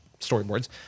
storyboards